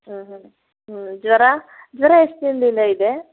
ಹಾಂ ಹಾಂ ಹ್ಞೂ ಜ್ವರ ಜ್ವರ ಎಷ್ಟು ದಿನದಿಂದ ಇದೆ